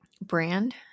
brand